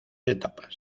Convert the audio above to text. etapas